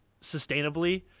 sustainably